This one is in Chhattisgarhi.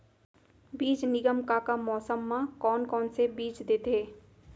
बीज निगम का का मौसम मा, कौन कौन से बीज देथे?